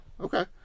Okay